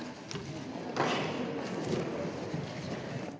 Hvala